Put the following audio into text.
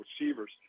receivers